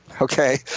okay